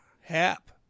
Hap